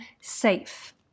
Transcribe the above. safe